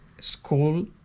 school